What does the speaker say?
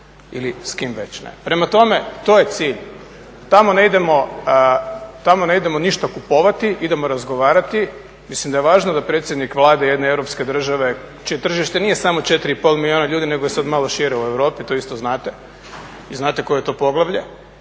Ili s kim već. Prema tome, to je cilj. Tamo ne idemo ništa kupovati, idemo razgovarati, mislim da je važno da predsjednik Vlade jedne europske države, čije tržište nije samo 4,5 milijuna ljudi nego je sad malo šire u Europi, to isto znate i znate koje je to poglavlje,